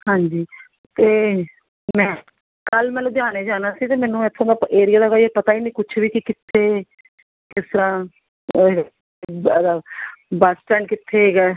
ਹਾਂਜੀ ਅਤੇ ਮੈਂ ਕੱਲ੍ਹ ਮੈਂ ਲੁਧਿਆਣੇ ਜਾਣਾ ਸੀ ਅਤੇ ਮੈਨੂੰ ਇੱਥੋ ਦਾ ਪ ਏਰੀਆ ਦਾ ਕੋਈ ਪਤਾ ਹੀ ਨਹੀਂ ਕੁਛ ਵੀ ਕਿ ਕਿੱਥੇ ਕਿਸ ਤਰ੍ਹਾਂ ਬੱਸ ਸਟੈਂਡ ਕਿੱਥੇ ਕੁ ਹੈ